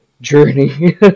journey